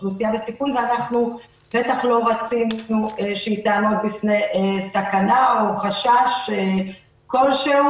בסיכון ואנחנו בטח לא רצינו שהיא תעמוד בפני סכנה או חשש כל שהוא.